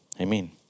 amen